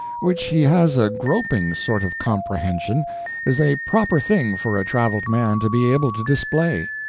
which he has a groping sort of comprehension is a proper thing for a traveled man to be able to display.